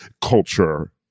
culture